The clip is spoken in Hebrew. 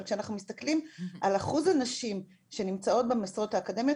אבל כשאנחנו מסתכלים על אחוז הנשים שנמצאות במשרות האקדמיות,